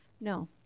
No